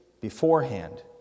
beforehand